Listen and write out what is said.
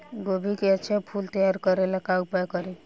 गोभी के अच्छा फूल तैयार करे ला का उपाय करी?